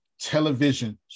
television